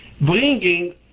bringing